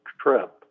trip